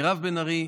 מירב בן ארי,